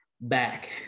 back